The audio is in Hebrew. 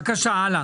הלאה.